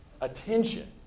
attention